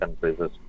countries